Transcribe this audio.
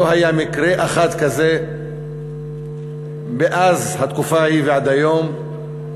לא היה מקרה אחד כזה מאז התקופה ההיא ועד היום.